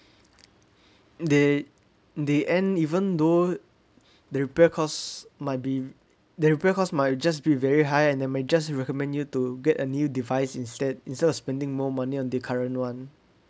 they they and even though the repair cost might be the repair cost might just be very high and they might just recommend you to get a new device instead instead of spending more money on the current one